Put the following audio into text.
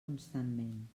constantment